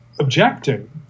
objecting